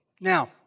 Now